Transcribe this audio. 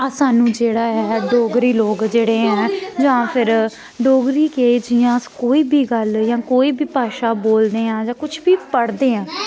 अ सानूं जेह्ड़ा ऐ डोगरी लोक जेह्ड़े ऐ जां फिर डोगरी के जि'यां अस कोई बी गल्ल जां कोई बी भाशा बोलदे आं जां कुछ बी पढ़दे आं